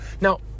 Now